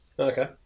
Okay